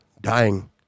dying